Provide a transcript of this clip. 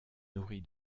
nourris